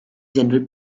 general